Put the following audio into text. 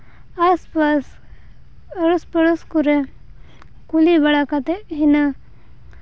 ᱟᱥᱼᱯᱟᱥ ᱟᱲᱳᱥᱼᱯᱟᱲᱳᱥ ᱠᱚᱨᱮ ᱠᱩᱞᱤ ᱵᱟᱲᱟ ᱠᱟᱛᱮᱫ ᱦᱤᱱᱟᱹ